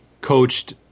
coached